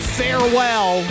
farewell